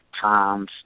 times